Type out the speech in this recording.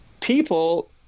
people